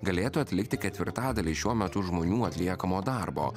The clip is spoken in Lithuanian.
galėtų atlikti ketvirtadalį šiuo metu žmonių atliekamo darbo